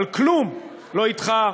על כלום, לא אתך,